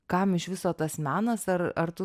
kam iš viso tas menas ar ar tu